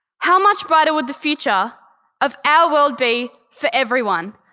how much brighter would the future of our world be for everyone?